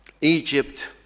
Egypt